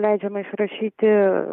leidžiama išrašyti